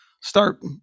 start